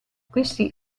questi